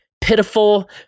pitiful